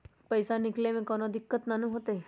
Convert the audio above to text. पईसा निकले में कउनो दिक़्क़त नानू न होताई?